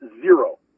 zero